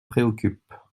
préoccupe